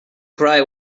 cry